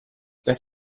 das